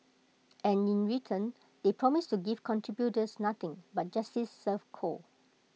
and in return they promise to give contributors nothing but justice served cold